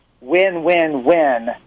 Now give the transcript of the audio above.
win-win-win